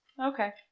Okay